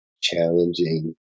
challenging